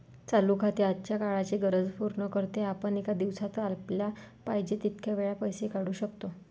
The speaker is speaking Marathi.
चालू खाते आजच्या काळाची गरज पूर्ण करते, आपण एका दिवसात आपल्याला पाहिजे तितक्या वेळा पैसे काढू शकतो